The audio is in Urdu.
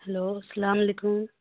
ہلو السلام علیکم